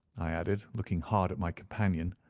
i added, looking hard at my companion,